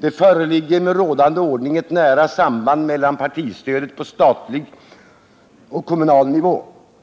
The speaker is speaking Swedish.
det ”föreligger med rådande ordning ett nära samband mellan partistödet på statlig och kommunal nivå.